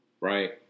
Right